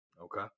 Okay